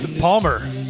Palmer